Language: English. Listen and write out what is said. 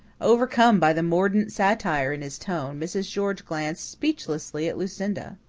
overcome by the mordant satire in his tone, mrs. george glanced speechlessly at lucinda.